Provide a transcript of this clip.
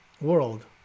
world